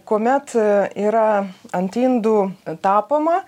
kuomet yra ant indų tapoma